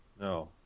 No